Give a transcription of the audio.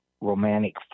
romantic